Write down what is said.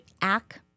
act